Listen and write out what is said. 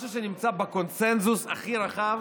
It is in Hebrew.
משהו שנמצא בקונסנזוס הכי רחב